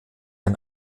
ein